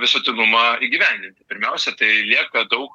visuotinumą įgyvendinti pirmiausia tai lieka daug